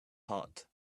hot